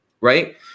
right